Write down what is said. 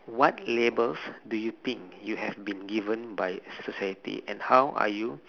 what labels do you think you have been given by society and how are you